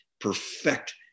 perfect